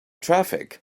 traffic